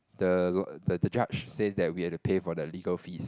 the law the the judge says that we have to pay for the legal fees